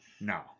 No